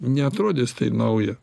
neatrodys tai nauja